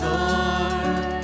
Lord